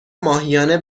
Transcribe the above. ماهیانه